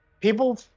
People